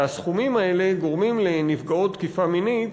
והסכומים האלה גורמים לנפגעות תקיפה מינית,